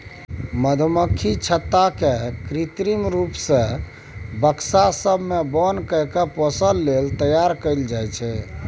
मधुमक्खी छत्ता केँ कृत्रिम रुप सँ बक्सा सब मे बन्न कए पोसय लेल तैयार कयल जाइ छै